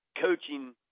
coaching